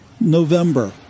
November